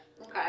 Okay